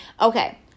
Okay